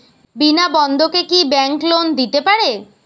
বিনা বন্ধকে কি bank loan দিতে পারে?